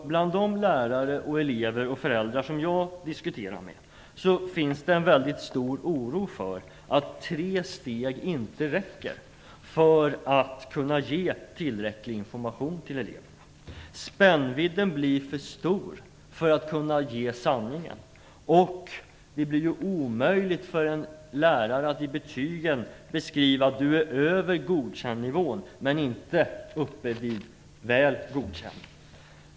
Bland de lärare, elever och föräldrar som jag diskuterar med finns det en stor oro för att tre steg inte räcker för att ge tillräcklig information till eleverna. Spännvidden blir för stor för att kunna ge sanningen, och det blir omöjligt för en lärare att med hjälp av betygen beskriva att eleven ligger över nivån Godkänd men inte kommer upp till Väl godkänd.